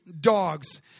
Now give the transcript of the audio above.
dogs